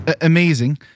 amazing